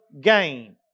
gain